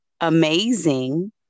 amazing